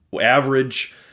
average